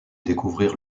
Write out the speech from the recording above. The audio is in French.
découvrir